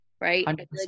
right